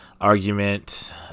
argument